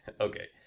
Okay